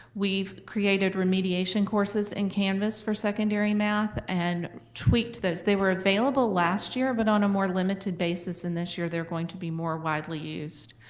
we've created remediation courses in canvas for secondary math and tweaked those. they were available last year, but on a more limited basis, and this year they're going to be more widely used.